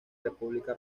república